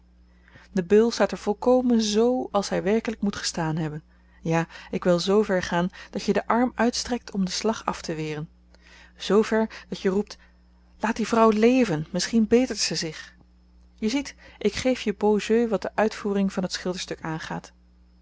de beul staat er volkomen z als hy werkelyk moet gestaan hebben ja ik wil zver gaan dat je den arm uitstrekt om den slag afteweren z ver dat je roept laat die vrouw leven misschien betert zy zich je ziet ik geef je beau jeu wat de uitvoering van t schilderstuk aangaat